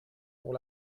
pour